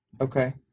Okay